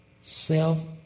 self